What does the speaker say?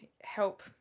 help